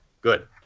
Good